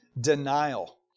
denial